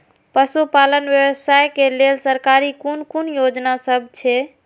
पशु पालन व्यवसाय के लेल सरकारी कुन कुन योजना सब छै?